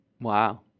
Wow